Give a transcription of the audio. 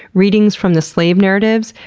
readings from the slave narratives,